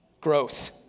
Gross